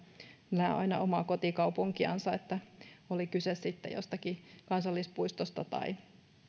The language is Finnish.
aina omaa kotikaupunkiansa oli kyse sitten jostakin kansallispuistosta tai